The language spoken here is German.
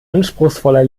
anspruchsvoller